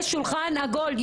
יש שולחן עגול,